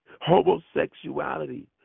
homosexuality